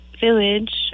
village